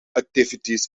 activities